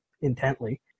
intently